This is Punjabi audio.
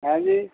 ਹੈਂ ਜੀ